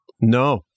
No